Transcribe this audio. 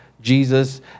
Jesus